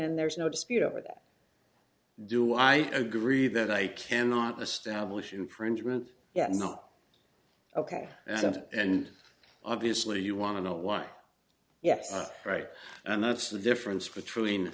and there's no dispute over that do i agree that i cannot establish infringement yet not ok and obviously you want to know why yes right and that's the difference between